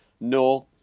No